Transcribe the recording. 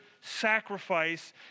sacrifice